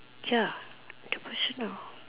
ya the personal